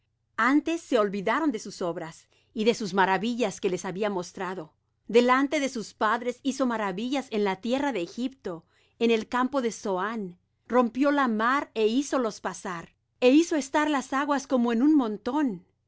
antes se olvidaron de sus obras y de sus maravillas que les había mostrado delante de sus padres hizo maravillas en la tierra de egipto en el campo de zoán rompió la mar é hízolos pasar e hizo estar las aguas como en un montón y llevólos de